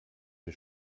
wir